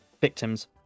victims